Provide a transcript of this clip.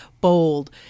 bold